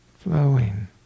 Flowing